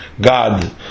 God